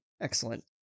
Excellent